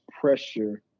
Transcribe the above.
pressure